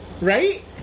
Right